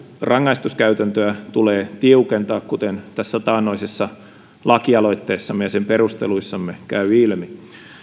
rangaistuskäytäntöä tulee tiukentaa kuten tässä taannoisessa lakialoitteessamme ja perusteluissamme käy ilmi